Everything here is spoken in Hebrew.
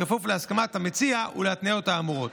בכפוף להסכמת המציע להתניות האמורות.